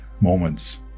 moments